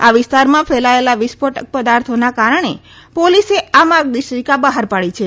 આ વીસ્તારમાં ફેલાયેલા વિસ્ફોટક પદાર્થોના કારણે પોલીસે આ માર્ગદર્શિકા બહાર પાડી છે